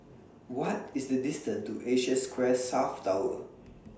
What IS The distance to Asia Square South Tower